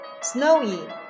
Snowy